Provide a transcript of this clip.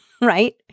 right